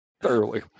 thoroughly